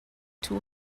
too